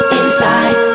inside